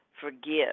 Forgive